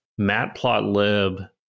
matplotlib